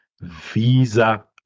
visa